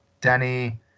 Danny